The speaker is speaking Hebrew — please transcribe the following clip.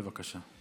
בבקשה.